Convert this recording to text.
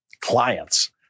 Clients